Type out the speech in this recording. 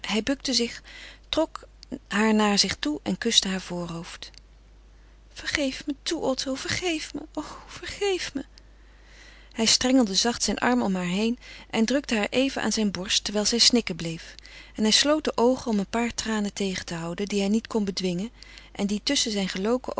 hij bukte zich trok haar naar zich toe en kuste haar voorhoofd vergeef me toe otto vergeef me o vergeef me hij strengelde zacht zijn arm om haar heen en drukte haar even aan zijn borst terwijl zij snikken bleef en hij sloot de oogen om een paar tranen tegen te houden die hij niet kon bedwingen en die tusschen zijn geloken